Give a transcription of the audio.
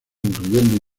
incluyendo